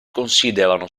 considerano